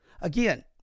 Again